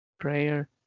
Prayer